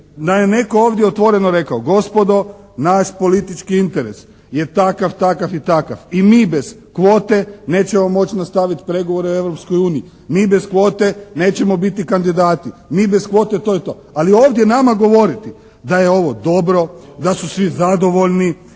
Da je netko ovdje otvoreno rekao: Gospodo, naš politički interes je takav, takav i takav i mi bez kvote nećemo moći nastaviti pregovore o Europskoj uniji. Mi bez kvote nećemo biti kandidati. Mi bez kvote, to je to. Ali ovdje nama govoriti da je ovo dobro, da su svi zadovoljni,